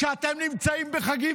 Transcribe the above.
כשאתם נמצאים בחגים,